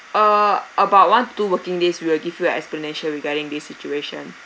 uh about one to two working days we will give you a explanation regarding this situation